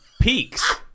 peaks